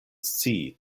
scii